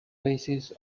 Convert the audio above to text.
places